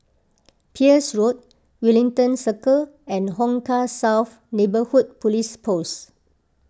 Peirce Road Wellington Circle and Hong Kah South Neighbourhood Police Post